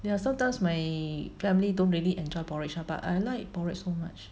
ya sometimes may family don't really enjoy porridge lah but I like porridge so much